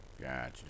Gotcha